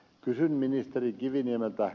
kysyn ministeri kiviniemeltä